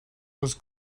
was